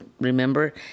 remember